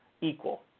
equal